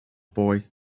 boy